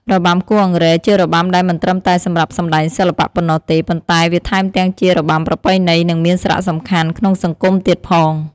របាំគោះអង្រែជារបាំដែលមិនត្រឹមតែសម្រាប់សំដែងសិល្បៈប៉ុណ្ណោះទេ ប៉ុន្តែវាថែមទាំងជារបាំប្រពៃណី និងមានសារៈសំខាន់ក្នុងសង្គមទៀតផង។